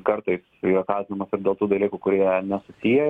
kartais yra kaltinamas ir dėl tų dalykų kurie nesusiję